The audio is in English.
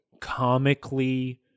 comically